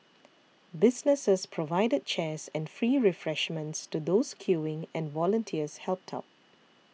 businesses provided chairs and free refreshments to those queuing and volunteers helped out